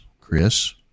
chris